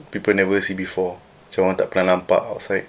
people never see before so orang tak pernah nampak outside